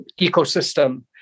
ecosystem